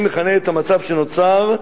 אני מכנה את המצב שנוצר,